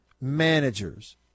managers